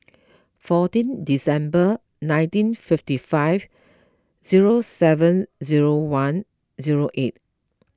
fourteen December nineteen fifty five zero seven zero one zero eight